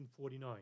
1949